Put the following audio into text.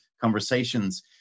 conversations